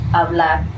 hablar